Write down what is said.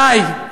די.